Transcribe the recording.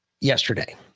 yesterday